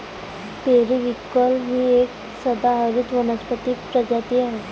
periwinkle ही एक सदाहरित वनस्पती प्रजाती आहे